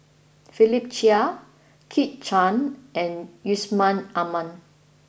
Philip Chia Kit Chan and Yusman Aman